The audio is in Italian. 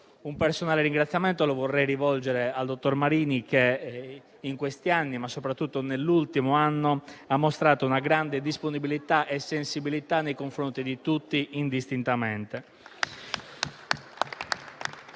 Un personale ringraziamento vorrei rivolgere al dottor Marini, che in questi anni, ma soprattutto nell'ultimo anno, ha mostrato grande disponibilità e sensibilità nei confronti di tutti, indistintamente.